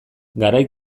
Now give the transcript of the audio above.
garai